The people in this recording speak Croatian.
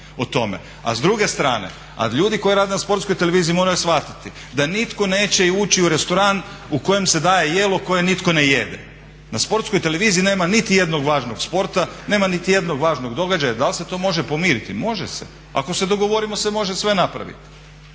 A s druge strane, a ljudi koji rade na Sportskoj televiziji moraju shvatiti da nitko neće ući u restoran u kojem se daje jelo koje nitko ne jede. Na Sportskoj televiziji nema niti jednog važnog sporta, nema niti jednog važnog događaja. Da li se to može pomoriti? Može se, ako se dogovorio se može sve napraviti